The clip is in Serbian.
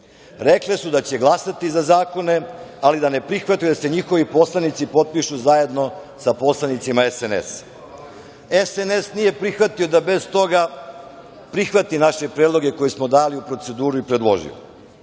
Rekle su da će glasati za zakone, ali da ne prihvataju da se njihovi poslanici potpišu zajedno sa poslanicima SNS-a. Srpska napredna stranka nije prihvatila da bez toga prihvati naše predloge koje smo dali u proceduru i predložili. Pošto